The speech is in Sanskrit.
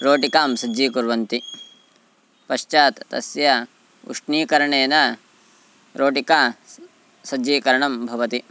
रोटिकां सज्जीकुर्वन्ति पश्चात् तस्य उष्णीकरणेन रोटिका सज्जीकरणं भवति